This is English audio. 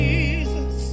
Jesus